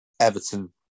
Everton